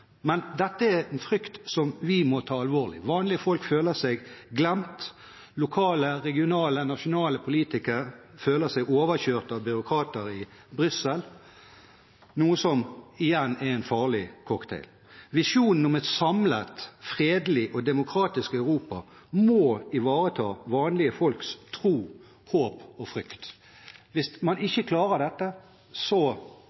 Men dette er en frykt som vi må ta alvorlig. Vanlige folk føler seg glemt. Lokale, regionale og nasjonale politikere føler seg overkjørt av byråkrater i Brussel, noe som igjen er en farlig cocktail. Visjonen om et samlet, fredelig og demokratisk Europa må ivareta vanlige folks tro, håp og frykt. Hvis man